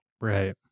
Right